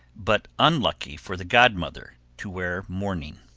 but unlucky for the godmother to wear mourning.